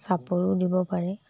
চাপৰো দিব পাৰে